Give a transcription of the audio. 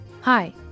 Hi